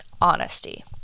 honesty